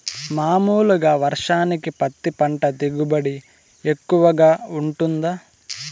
మామూలుగా వర్షానికి పత్తి పంట దిగుబడి ఎక్కువగా గా వుంటుందా?